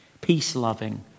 Peace-loving